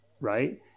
right